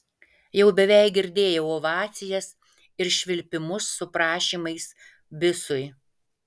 jau beveik girdėjau ovacijas ir švilpimus su prašymais bisui